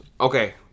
Okay